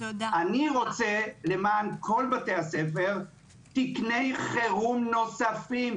אני רוצה למען כל בתי הספר תקני חירום נוספים,